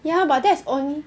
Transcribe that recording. ya but that's only